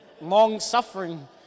Long-suffering